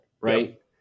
Right